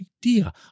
idea